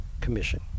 commission